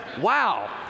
Wow